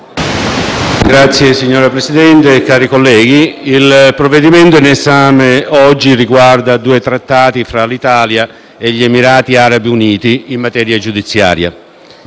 *(PD)*. Signor Presidente, cari colleghi, il provvedimento in esame riguarda due Trattati tra l'Italia e gli Emirati Arabi Uniti in materia giudiziaria.